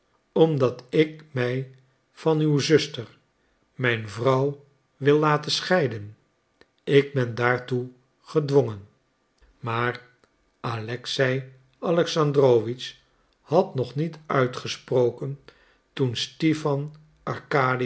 omdat ik mij van uw zuster mijn vrouw wil laten scheiden ik ben daartoe gedwongen maar alexei alexandrowitsch had nog niet uitgesproken toen stipan